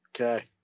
Okay